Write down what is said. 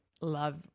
love